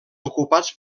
ocupats